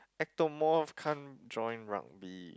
ectomorph can't join rugby